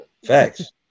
Facts